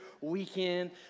weekend